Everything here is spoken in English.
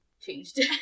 changed